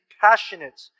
passionate